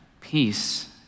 Peace